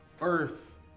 Earth